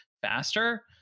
faster